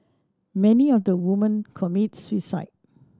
many of the woman commit suicide